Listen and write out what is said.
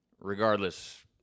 Regardless